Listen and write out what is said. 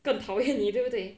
更讨厌你对不对